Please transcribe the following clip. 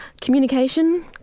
communication